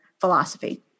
philosophy